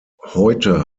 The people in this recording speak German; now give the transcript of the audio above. heute